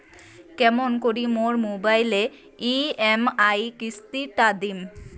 কেমন করি মোর মোবাইলের ই.এম.আই কিস্তি টা দিম?